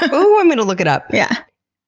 but i'm gonna look it up! yeah